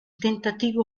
tentativo